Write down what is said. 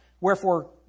Wherefore